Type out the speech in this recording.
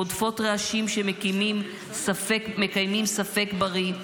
הודפות רעשים שמקיימים ספק בריא.